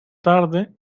tarde